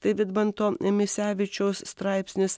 tai vidmanto misevičiaus straipsnis